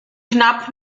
knapp